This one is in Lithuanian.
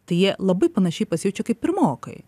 tai jie labai panašiai pasijaučia kaip pirmokai